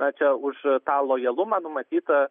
na čia už tą lojalumą numatyta